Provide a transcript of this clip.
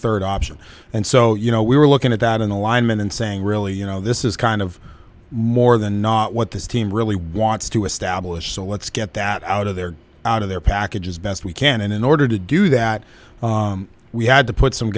third option and so you know we were looking at that in the linemen and saying really you know this is kind of more than not what this team really wants to establish so let's get that out of there out of their packages best we can and in order to do that we had to put some